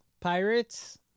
pirates